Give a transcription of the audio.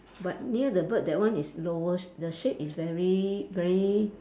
but near the bird that one is lowest the shade is very very